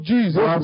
Jesus